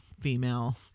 female